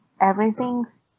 Everything's